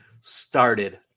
started